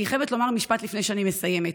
אני חייבת לומר משפט לפני שאני מסיימת.